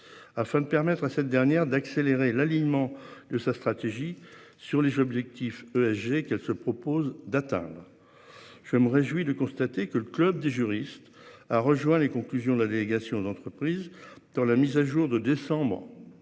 Afin de permettre à cette dernière d'accélérer l'alignement de sa stratégie sur les objectifs ESG qu'elle se propose d'atteindre. Je me réjouis de constater que le Club des juristes a rejoint les conclusions de la délégation d'entreprises dans la mise à jour de décembre.